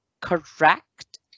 correct